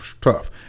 tough